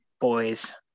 boys